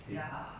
ya